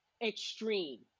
extreme